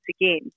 again